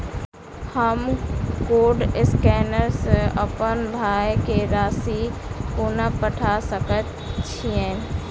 हम code scanner सँ अप्पन भाय केँ राशि कोना पठा सकैत छियैन?